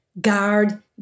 guard